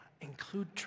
include